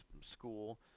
school